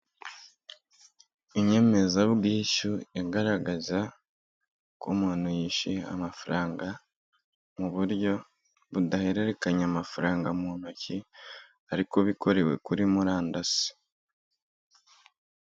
Inyemezabwishyu igaragaza ko umuntu yishyuye amafaranga mu buryo budahererekanya amafaranga mu ntoki ariko bikorewe kuri murandasi.